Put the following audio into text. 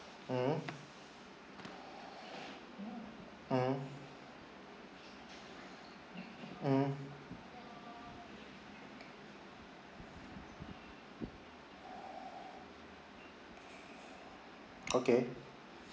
mm mm mm okay